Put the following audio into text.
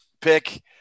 pick –